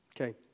Okay